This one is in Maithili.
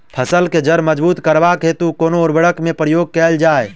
फसल केँ जड़ मजबूत करबाक हेतु कुन उर्वरक केँ प्रयोग कैल जाय?